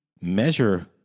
measure